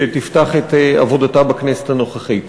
שתפתח את עבודתה בכנסת הנוכחית.